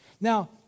Now